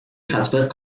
transferred